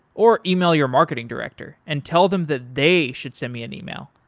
or yeah e-mail your marketing director and tell them that they should send me an yeah e-mail,